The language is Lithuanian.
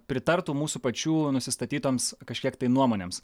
pritartų mūsų pačių nusistatytoms kažkiek tai nuomonėms